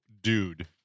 Dude